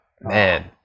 Man